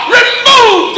remove